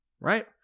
right